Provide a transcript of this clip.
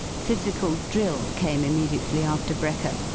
physical drill came immediately after brekker,